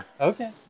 okay